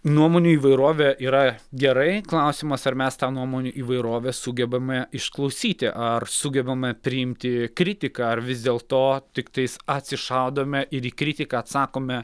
nuomonių įvairovė yra gerai klausimas ar mes tą nuomonių įvairovę sugebame išklausyti ar sugebame priimti kritiką ar vis dėl to tiktais atsišaudome ir į kritiką atsakome